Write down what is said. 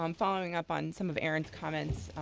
um following up on some of erin's comments,